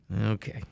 Okay